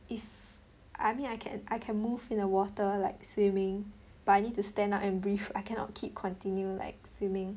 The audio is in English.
if I mean I can I can move in the water like swimming but I need to stand up and breathe I cannot keep continue like swimming